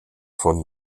von